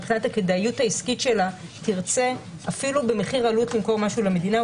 מבחינת הכדאיות העסקית שלה תרצה אפילו במחיר עלות למכור משהו למדינה,